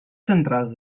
centrals